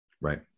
right